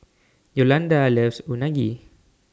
Yolanda loves Unagi